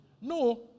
No